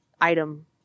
item